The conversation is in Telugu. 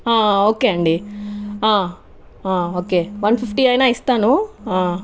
ఓకే అండి ఓకే వన్ ఫిఫ్టీ అయినా ఇస్తాను